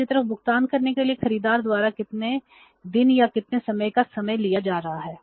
दूसरी तरफ भुगतान करने के लिए खरीदार द्वारा कितने दिन या कितने समय का समय लिया जा रहा है